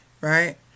Right